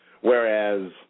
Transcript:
whereas